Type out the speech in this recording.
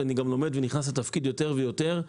אני לומד ונכנס לתפקיד יותר ויותר,